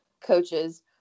coaches